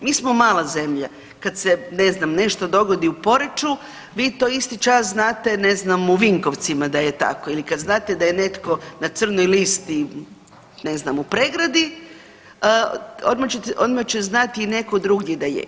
Mi smo mala zemlja kad se ne znam nešto dogodi u Poreču vi to isti čas znate, ne znam u Vinkovcima da je tako ili kad znate da je netko na crnoj listi ne znam u Pregradi, odmah će znati neko drugdje da je.